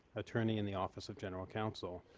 attorney in the office of general counsel.